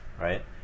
right